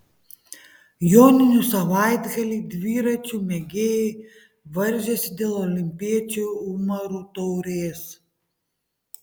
joninių savaitgalį dviračių mėgėjai varžėsi dėl olimpiečių umarų taurės